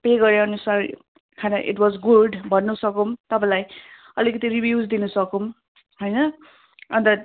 pay गरे अनुसार खाना इट वाज गुड भन्नु सकौँ तपाईँलाई अलिकति रिभ्युज दिन सकौँ होइन अन्त